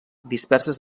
disperses